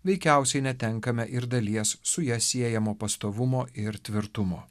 veikiausiai netenkame ir dalies su ja siejamo pastovumo ir tvirtumo